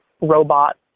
robot